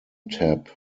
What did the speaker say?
tap